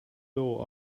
door